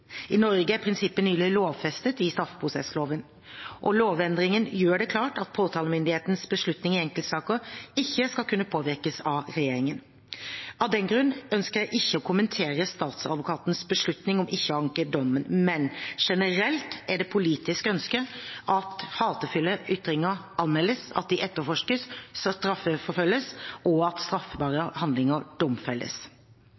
I Norge er prinsippet nylig lovfestet i straffeprosessloven. Lovendringen gjør det klart at påtalemyndighetens beslutninger i enkeltsaker ikke skal kunne påvirkes av regjeringen. Av den grunn ønsker jeg ikke å kommentere statsadvokatens beslutning om ikke å anke dommen, men generelt er det et politisk ønske at hatefulle ytringer anmeldes, at de etterforskes og straffeforfølges, og at